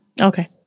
Okay